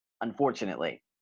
unfortunately